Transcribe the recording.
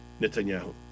Netanyahu